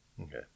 Okay